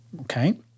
okay